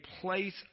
place